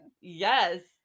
yes